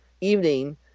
evening